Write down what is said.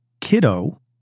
kiddo